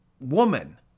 woman